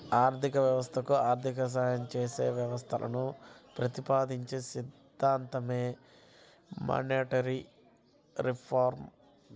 ఆర్థిక వ్యవస్థకు ఆర్థిక సాయం చేసే వ్యవస్థలను ప్రతిపాదించే సిద్ధాంతమే మానిటరీ రిఫార్మ్